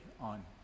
on